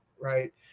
right